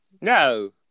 no